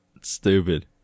stupid